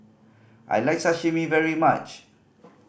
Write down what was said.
I like Sashimi very much